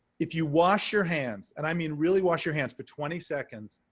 if you wash your hands and i mean really wash your hands for twenty seconds,